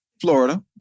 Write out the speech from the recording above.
Florida